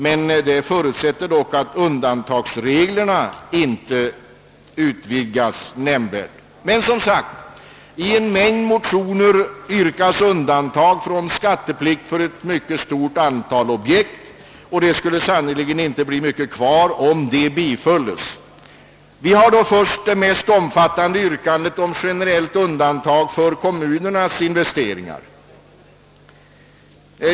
Men detta förutsätter att undantagsreglerna inte utvidgas nämnvärt. I en mängd motioner yrkas som sagt undantag från skatteplikt för ett mycket stort antal objekt, och det skulle sannerligen inte bli mycket kvar om dessa motioner bifölls. Det mest omfattande yrkandet avser generellt undantag för kommunernas investeringar.